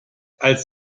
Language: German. als